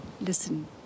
Listen